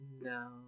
no